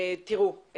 תראו,